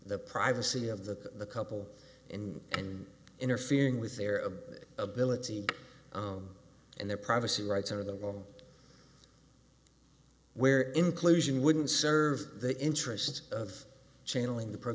the privacy of the couple in and interfering with their ability and their privacy rights under the law where inclusion wouldn't serve the interest of channeling the pro